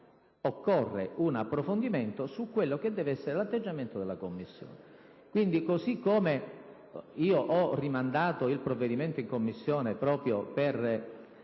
occorre un approfondimento su quello che deve essere l'atteggiamento della Commissione.